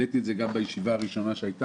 העליתי את זה גם בישיבה הראשונה שהייתה